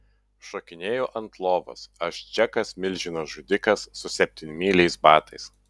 šokinėju ant lovos aš džekas milžino žudikas su septynmyliais batais